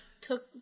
took